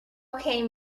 came